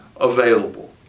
available